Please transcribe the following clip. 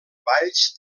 valls